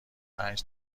پنج